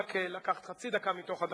שלקחת רק חצי דקה מתוך הדקה.